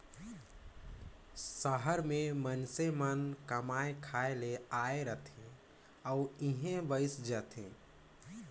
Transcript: सहर में मइनसे मन कमाए खाए ले आए रहथें अउ इहें बइस जाथें